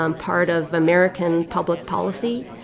um part of american public policy.